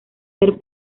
ser